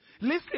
Listen